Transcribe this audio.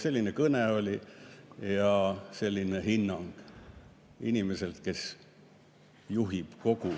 Selline kõne oli ja selline hinnang inimeselt, kes juhib kogu